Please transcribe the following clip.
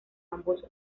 ambos